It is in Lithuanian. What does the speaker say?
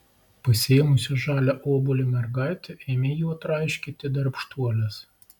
pasiėmusi žalią obuolį mergaitė ėmė juo traiškyti darbštuoles